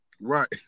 Right